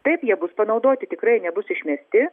taip jie bus panaudoti tikrai nebus išmesti